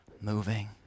moving